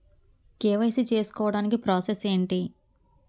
KYC చేసుకోవటానికి process ఏంటి?